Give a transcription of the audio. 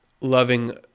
loving